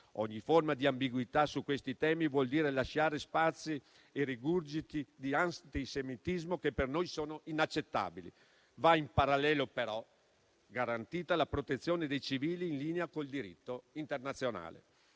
ogni forma di ambiguità su questi temi vuol dire lasciare spazi e rigurgiti di antisemitismo, che per noi sono inaccettabili. Va però garantita in parallelo la protezione dei civili, in linea con il diritto internazionale.